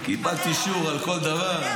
קיבלת אישור על כל דבר,